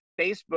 Facebook